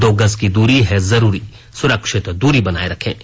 दो गज की दूरी है जरूरी सुरक्षित दूरी बनाए रखें